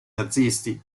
nazisti